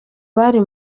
bari